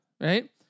right